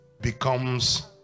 becomes